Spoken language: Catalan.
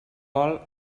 vol